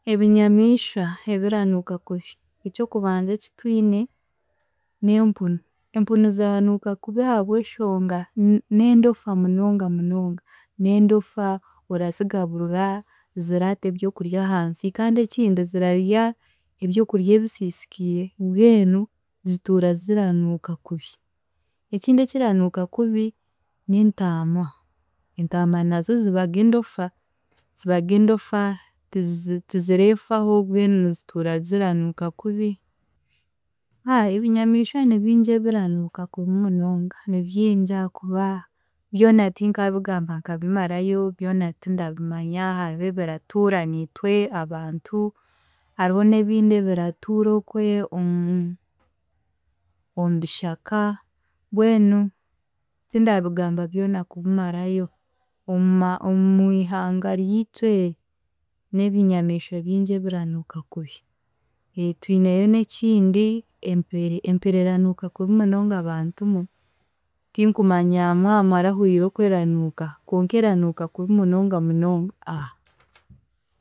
Ebinyamiishwa ebiranuuka kubi, eky'okubanza ekitwine n'empunu. Empunu ziranuuka kubi habw'enshonga ni n'endofa munonga munonga, n'endofa, orazigaburira, ziraata ebyokurya ahansi, kandi ekindi zirarya ebyokurya ebisiisikiire mbwenu zituura ziranuuka kubi, ekindi ekiranuuka kubi n'entaama, entaama nazo zibaga endofa zibaga endofa, tizi tizireefaho mbwenu zituura ziranuuka kubi, ha ebinyamiishwa nibingi ebiranuuka kubi munonga, nibingi ahaakuba byona tinkaabigamba nkabimarayo, byona tindabimanya hariho ebiratuura niiwe abantu, hariho n'ebindi ebiratuura okwe omu- omubishaka mbwenu tindabigamba byona kubimarayo, omuma omwihanga ryitu eri n'ebinyamiishwa bingi ebiranuuka kubi. Twineyo n'ekindi empere, empere eranuuka kubi munonga bantumwe tinkumanya mwa mwarahuriire oku eranuuka konka eranuuka kubi munonga munonga.